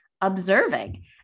observing